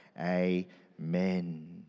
Amen